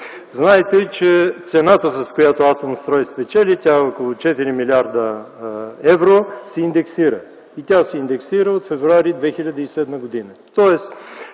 Знаете ли, че цената, с която „Атомстрой” спечели, тя е около 4 млрд. евро, се индексира? И тя се индексира от януари 2007 г.,